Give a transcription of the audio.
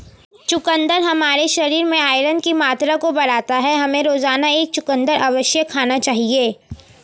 चुकंदर हमारे शरीर में आयरन की मात्रा को बढ़ाता है, हमें रोजाना एक चुकंदर अवश्य खाना चाहिए